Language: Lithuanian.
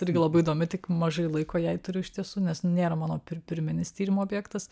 irgi labai įdomi tik mažai laiko jai turiu iš tiesų nes nu nėra mano pir pirminis tyrimo objektas